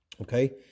Okay